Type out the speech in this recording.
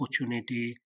opportunity